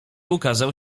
ukazał